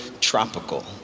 tropical